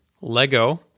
Lego